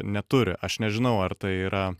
neturi aš nežinau ar tai yra